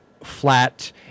flat